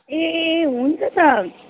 ए हुन्छ त